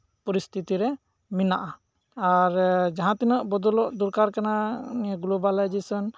ᱯᱚᱨᱤᱥᱛᱷᱤᱛᱤ ᱨᱮ ᱢᱮᱱᱟᱜᱼᱟ ᱟᱨ ᱡᱟᱦᱟᱸ ᱛᱤᱱᱟᱹᱜ ᱵᱚᱫᱚᱞᱚᱜ ᱫᱚᱨᱠᱟᱨ ᱠᱟᱱᱟ ᱱᱤᱭᱟᱹ ᱜᱞᱳᱵᱟᱞᱟᱭᱡᱮᱥᱚᱱ